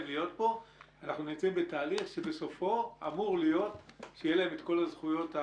אנחנו נמצאים בתהליך שבסופו אמור להיות שיהיו להם את כל הזכויות,